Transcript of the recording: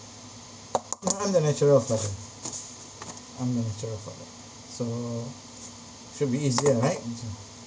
I'm the natural father I'm the natural father so should be easier right